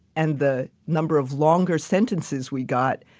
and the number of longer sentences we got,